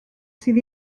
sydd